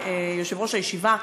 יושב-ראש הישיבה,